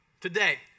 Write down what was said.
today